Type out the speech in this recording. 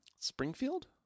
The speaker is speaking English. Springfield